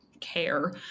care